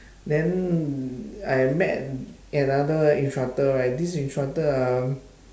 then I met another instructor right this instructor ah